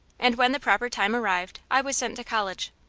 and when the proper time arrived i was sent to college.